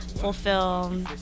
Fulfill